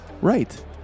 right